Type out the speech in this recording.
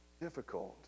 Difficult